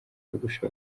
yogosha